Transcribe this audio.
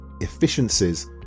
efficiencies